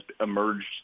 emerged